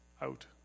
out